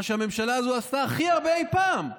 מה שהממשלה הזו עשתה הכי הרבה אי פעם,